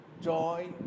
joy